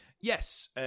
Yes